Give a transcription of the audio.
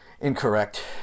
incorrect